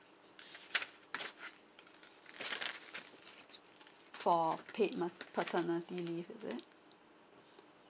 for paid mo~ paternity leave is it